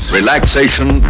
relaxation